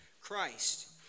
Christ